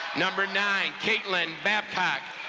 number nine, caitlin babcock.